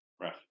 right